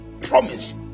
promise